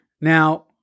Now